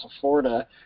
Florida